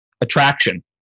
attraction